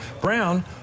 brown